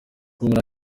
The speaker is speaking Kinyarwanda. nanjye